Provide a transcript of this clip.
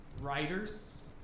writers